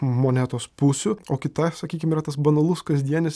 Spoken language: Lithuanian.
monetos pusių o kita sakykim yra tas banalus kasdienis